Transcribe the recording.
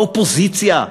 האופוזיציה,